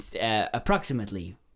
Approximately